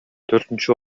төртүнчү